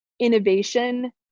innovation